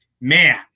man